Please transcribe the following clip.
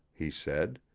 he said.